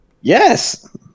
Yes